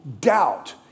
doubt